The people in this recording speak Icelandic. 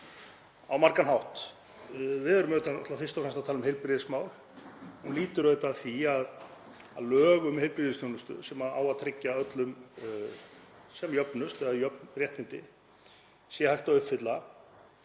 á margan hátt. Við erum auðvitað fyrst og fremst að tala um heilbrigðismál. Hún lýtur auðvitað að því að lög um heilbrigðisþjónustu, sem eiga að tryggja öllum sem jöfnust eða jöfn réttindi, sé hægt að uppfylla.